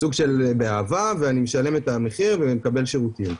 סוג של באהבה, ואני משלם את המחיר ומקבל שירותים.